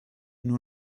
nur